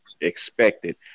expected